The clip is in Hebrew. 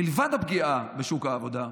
מלבד הפגיעה בשוק העבודה,